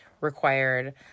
required